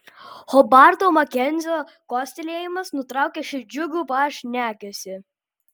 hobarto makenzio kostelėjimas nutraukė šį džiugų pašnekesį